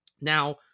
Now